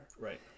right